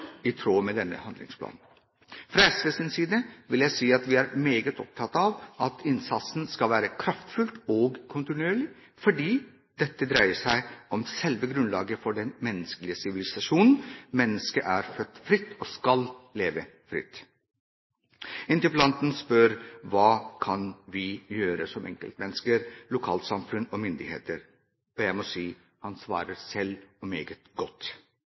i tråd med denne handlingsplanen. Fra SVs side vil jeg si at vi er meget opptatt av at innsatsen skal være kraftfull og kontinuerlig, fordi dette dreier seg om selve grunnlaget for den menneskelige sivilisasjonen. Mennesket er født fritt og skal leve fritt. Interpellanten spør: Hva kan vi gjøre som enkeltmennesker, lokalsamfunn og myndigheter? Jeg må si at han svarer selv meget godt.